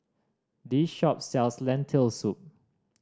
this shop sells Lentil Soup